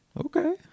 okay